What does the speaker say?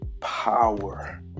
power